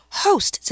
host